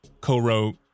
co-wrote